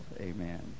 Amen